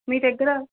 మీ దగ్గర